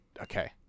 okay